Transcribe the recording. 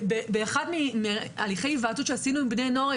באחד מהליכי ההיוועצות שעשינו עם בני נוער,